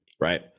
Right